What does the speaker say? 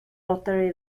lottery